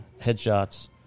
headshots